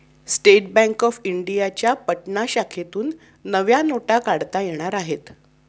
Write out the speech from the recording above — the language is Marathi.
स्टेट बँक ऑफ इंडियाच्या पटना शाखेतून नव्या नोटा काढता येणार आहेत